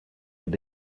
with